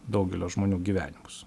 daugelio žmonių gyvenimus